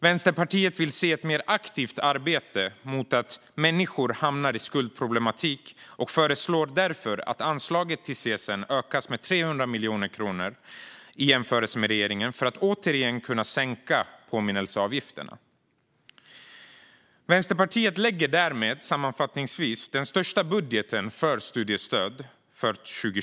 Vänsterpartiet vill se ett mer aktivt arbete mot att människor hamnar i skuldproblematik och föreslår därför att anslaget till CSN ökas med 300 miljoner kronor mer i jämförelse med regeringens förslag för att CSN ska kunna sänka påminnelseavgifterna. Vänsterpartiet lägger därmed fram den största budgeten för studiestöd 2020.